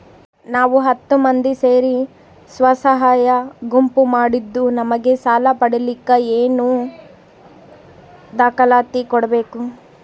ನಾವು ಹತ್ತು ಮಂದಿ ಸೇರಿ ಸ್ವಸಹಾಯ ಗುಂಪು ಮಾಡಿದ್ದೂ ನಮಗೆ ಸಾಲ ಪಡೇಲಿಕ್ಕ ಏನೇನು ದಾಖಲಾತಿ ಕೊಡ್ಬೇಕು?